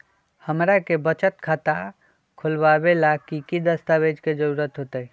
हमरा के बचत खाता खोलबाबे ला की की दस्तावेज के जरूरत होतई?